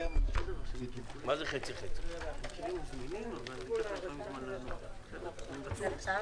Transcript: הישיבה ננעלה בשעה